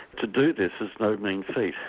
to do this is no mean feat,